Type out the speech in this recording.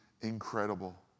incredible